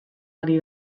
ari